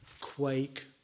quake